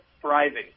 Thriving